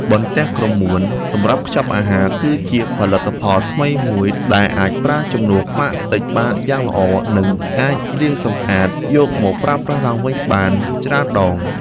បន្ទះក្រមួនសម្រាប់ខ្ចប់អាហារគឺជាផលិតផលថ្មីមួយ ដែលអាចប្រើជំនួសផ្លាស្ទិកបានយ៉ាងល្អ និង អាចលាងសម្អាតយកមកប្រើប្រាស់ឡើងវិញបានច្រើនដង។